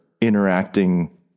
interacting